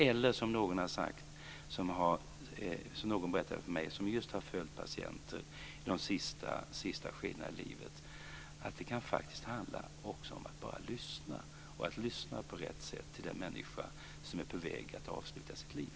Eller som någon som just har följt patienter i det sista skedet av livet berättade för mig: Det kan faktiskt också handla om att bara lyssna, och att lyssna på rätt sätt, till den människa som är på väg att avsluta sitt liv.